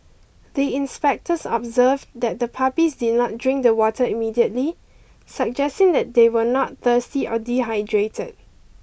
the inspectors observed that the puppies did not drink the water immediately suggesting that they were not thirsty or dehydrated